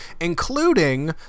including